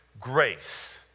grace